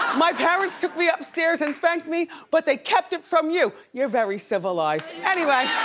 my parents took me upstairs and spanked me but they kept it from you. you're very civilized. anyway.